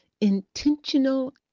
intentional